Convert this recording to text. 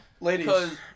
Ladies